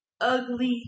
ugly